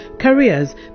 careers